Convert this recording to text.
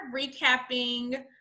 recapping